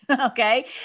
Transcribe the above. Okay